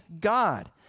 God